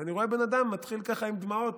ואני רואה בן אדם שמתחיל ככה עם דמעות,